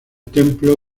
templo